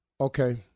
Okay